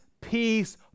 peace